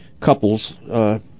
couples